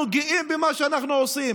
אנחנו גאים במה שאנחנו עושים